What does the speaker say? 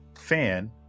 fan